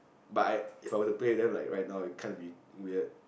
but I If I were to play them like right now it kind of be weird